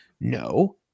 No